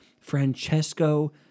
Francesco